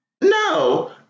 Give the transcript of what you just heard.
No